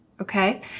Okay